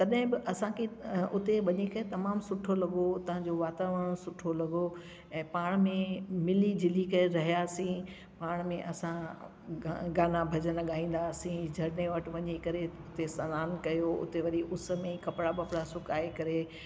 तॾहिं बि असांखे अ उते वञी करे तमामु सुठो लॻो हुतां जो वातावरणु सुठो लॻो ऐं पाण में मिली जुली करे रहियासी पाण में असां गा गाना भॼन ॻाईंदासी जॾहिं वञी करे हुते सनानु कयूं उते वरी उस में कपिड़ा वपड़ा सुकाए करे